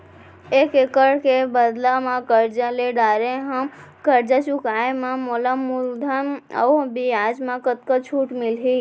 एक एक्कड़ के बदला म करजा ले डारे हव, करजा चुकाए म मोला मूलधन अऊ बियाज म कतका छूट मिलही?